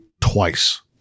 twice